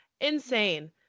Insane